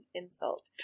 insult